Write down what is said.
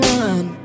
one